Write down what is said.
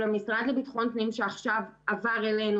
של המשרד לביטחון פנים שעכשיו עבר אלינו